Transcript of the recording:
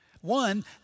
One